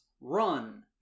run